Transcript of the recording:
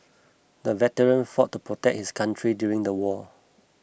the veteran fought to protect his country during the war